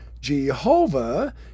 Jehovah